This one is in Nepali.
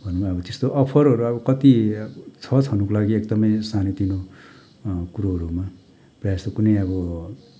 भनौँ अब त्यस्तो अफरहरू अब कति छ छनुको लागि एकदमै सानो तिनो कुरोहरूमा प्राय जस्तो कुनै अब